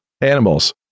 animals